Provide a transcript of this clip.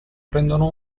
prendono